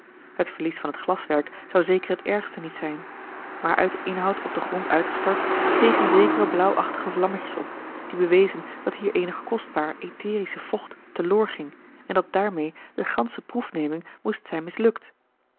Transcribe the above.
het verlies van het glaswerk zou zeker het ergste niet zijn maar uit den inhoud op den grond uitgestort stegen zekere blauwachtige vlammetjes op die bewezen dat hier eenig kostbaar etherisch vocht te loor ging en dat daarmeê de gansche proefneming moest zijn mislukt